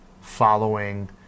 following